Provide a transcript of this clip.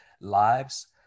lives